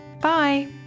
Bye